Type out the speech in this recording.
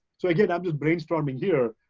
so again, i'm just brainstorming here,